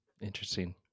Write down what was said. Interesting